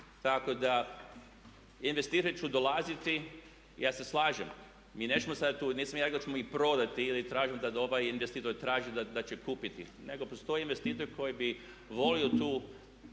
Tako da investitori će dolaziti, ja se slažem mi nećemo sada tu, nisam ja rekao da ćemo prodati ili da ovaj investitor traži da će kupiti nego postoji investitor koji bi volio tu